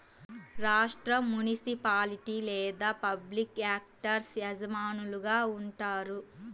రాష్ట్రం, మునిసిపాలిటీ లేదా public actors యజమానులుగా ఉంటారు